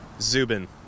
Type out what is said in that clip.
Zubin